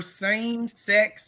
same-sex